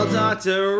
doctor